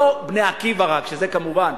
לא רק "בני עקיבא", שזה כמובן,